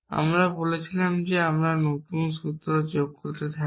আমরা বলেছিলাম যে আমরা নতুন সূত্র যোগ করতে থাকি